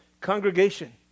congregation